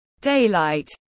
daylight